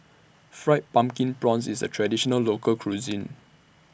Fried Pumpkin Prawns IS A Traditional Local Cuisine